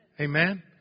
Amen